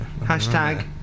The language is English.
Hashtag